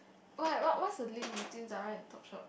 why what's a link between Zara and Topshop